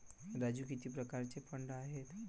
राजू किती प्रकारचे फंड आहेत?